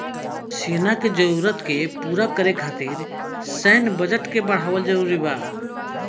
सेना के जरूरत के पूरा करे खातिर सैन्य बजट के बढ़ावल जरूरी बा